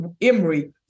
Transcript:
Emory